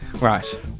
Right